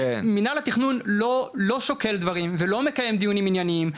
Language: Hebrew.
מינהל התכנון לא שוקל דברים ולא מקיים דיונים ענייניים,